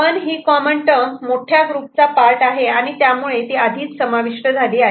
पण ही common term मोठ्या ग्रुपचा पार्ट आहे आणि त्यामुळे ती आधीच समाविष्ट झाली आहे